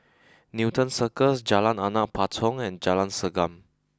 Newton Circus Jalan Anak Patong and Jalan Segam